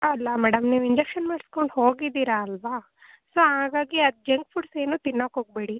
ಅಲ್ಲ ಮೇಡಮ್ ನೀವು ಇಂಜೆಕ್ಷನ್ ಮಾಡ್ಸ್ಕೊಂಡು ಹೋಗಿದ್ದೀರಾ ಅಲ್ವಾ ಸೊ ಹಾಗಾಗಿ ಅದು ಜಂಕ್ ಫುಡ್ಸ್ ಏನು ತಿನ್ನಕ್ಕೋಗ್ಬೇಡಿ